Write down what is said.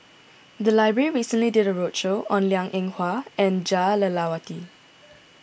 the library recently did a roadshow on Liang Eng Hwa and Jah Lelawati